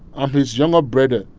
i'm his younger brother.